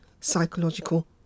psychological